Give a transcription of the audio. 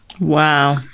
Wow